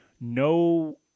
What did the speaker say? no